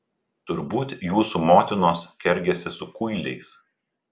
turbūt jūsų motinos kergėsi su kuiliais